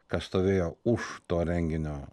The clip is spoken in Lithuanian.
kas stovėjo už to renginio